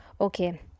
Okay